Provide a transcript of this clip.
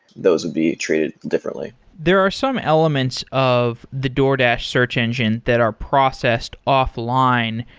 those would be treated differently there are some elements of the doordash search engine that are processed offline